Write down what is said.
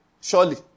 Surely